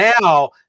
now